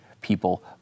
people